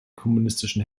kommunistischen